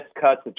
cuts